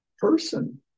person